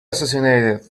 assassinated